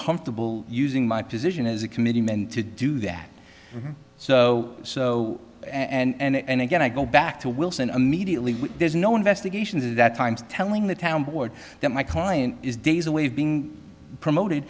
comfortable using my position as a committee men to do that so so and again i go back to wilson immediately there's no investigations that times telling the town board that my client is days away of being promoted